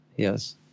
Yes